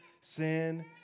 sin